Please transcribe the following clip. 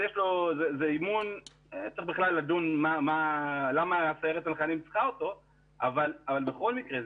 בכלל צריך לדון מה סיירת צנחנים צריכה אותו אבל בכל מקרה,